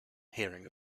hearing